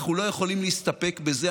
אנחנו לא יכולים להסתפק בזה,